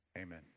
Amen